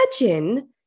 imagine